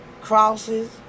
crosses